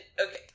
Okay